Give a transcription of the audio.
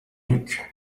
duc